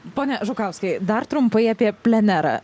pone žukauskai dar trumpai apie plenerą